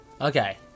Okay